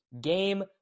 game